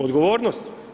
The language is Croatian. Odgovornost?